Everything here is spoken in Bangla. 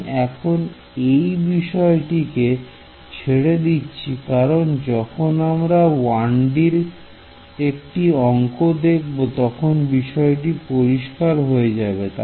আমি এখন এই বিষয়টিকে ছেড়ে দিচ্ছি কারণ যখন আমরা 1D র একটি অংক দেখব তখন বিষয়টি পরিষ্কার হয়ে যাবে